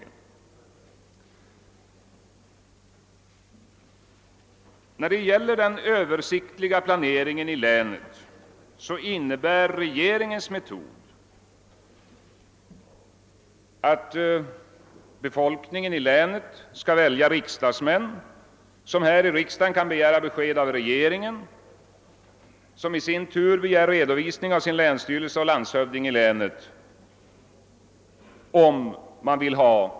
När det gäller den översiktliga planeringen i länet innebär regeringens metod att människorna i länet skall välja riksdagsmän, vilka i riksdagen kan begära besked av regeringen, som i sin tur infordrar redovisning av länsstyrelse och landshövding i länet.